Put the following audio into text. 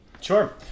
Sure